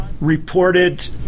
reported